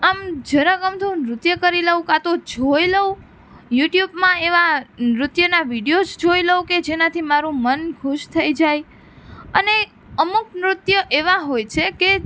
આમ જરાક અમથું નૃત્ય કરી લઉં કા તો જોઈ લઉં યૂટ્યૂબમાં એવા નૃત્યના વિડિયોઝ જોઈ લઉં કે જેનાથી મારુ મન ખુશ થઈ જાય અને અમુક નૃત્ય એવા હોય છે કે